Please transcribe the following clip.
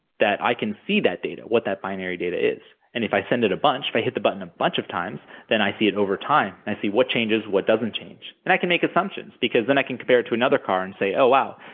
that i can see that data, what that binary data is, and if i send it a bunch, if i hit the button a bunch of times, then, i see it over time, and i see what changes and what doesn't change, change, and i can make assumptions, because then, i can compare it to another car and say, oh wow.